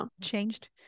changed